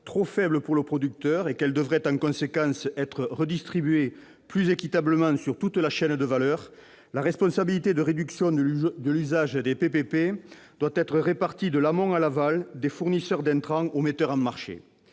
trop faible pour le producteur et qu'elle devrait en conséquence être redistribuée plus équitablement sur toute la chaîne de valeur, la responsabilité de réduction de l'usage des produits phytopharmaceutiques doit être répartie de l'amont à l'aval, des fournisseurs d'intrants aux metteurs en marché.